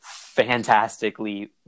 fantastically